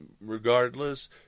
Regardless